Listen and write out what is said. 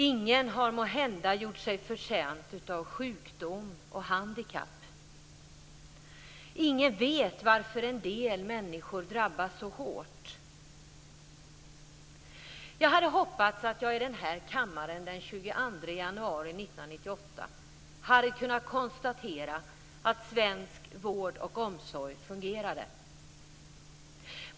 Ingen har måhända gjort sig förtjänt av sjukdom och handikapp heller. Ingen vet varför en del människor drabbas så hårt. Jag hade hoppats att jag i den här kammaren den 22 januari 1998 hade kunnat konstatera svensk vård och omsorg fungerar.